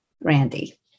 Randy